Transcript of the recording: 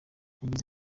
yagize